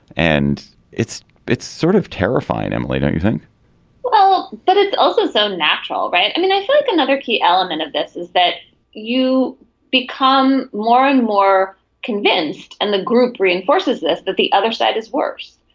and it's it's sort of terrifying emily don't you think but it's also so natural right i mean i think another key element of this is that you become more and more convinced and the group reinforces this that the other side is worse.